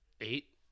Eight